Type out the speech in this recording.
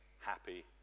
happy